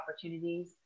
opportunities